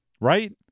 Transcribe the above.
right